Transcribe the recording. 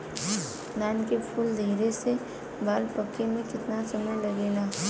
धान के फूल धरे से बाल पाके में कितना समय लागेला?